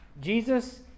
Jesus